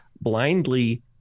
blindly